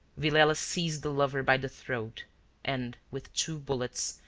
villela seized the lover by the throat and, with two bullets,